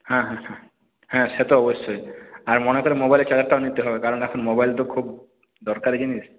হ্যাঁ হ্যাঁ হ্যাঁ হ্যাঁ সে তো অবশ্যই আর মনে করে মোবাইলের চার্জারটাও নিতে হবে কারণ এখন মোবাইল তো খুব দরকারি জিনিস